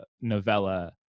novella